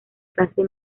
clase